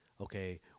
Okay